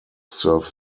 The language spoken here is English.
serve